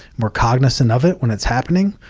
more cognizant of it when it's happening,